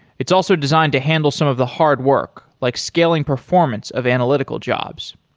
it's also designed to handle some of the hard work, like scaling performance of analytical jobs.